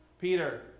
Peter